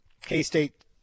K-State